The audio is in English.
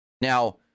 Now